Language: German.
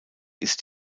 ist